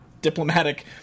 diplomatic